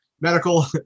medical